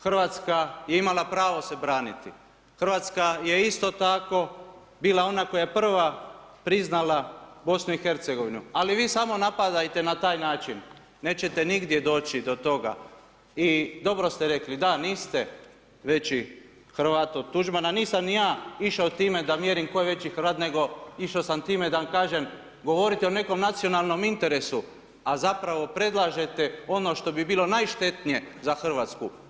Hrvatska je imala pravo se braniti, Hrvatska je isto tako bila ona koja je prva priznala BIH, ali vi samo napadajte na taj način, nećete nigdje doći do toga i dobro ste rekli, da niste veći hrvat od Tuđmana nisam ni ja išao time da mjerim tko je veći Hrvat, nego išao sam time da vam kažem, govorite o nekom nacionalnom interesu, a zapravo predlažete ono što bi bilo najštetnije za Hrvatsku.